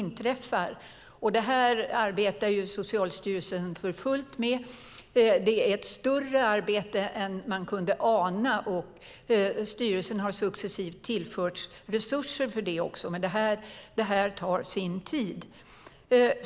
Detta arbetar Socialstyrelsen för fullt med. Det är ett större arbete än man kunde ana, och styrelsen har successivt tillförts resurser för det. Det tar dock sin tid.